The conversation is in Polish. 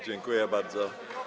Dziękuję bardzo.